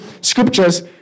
scriptures